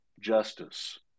justice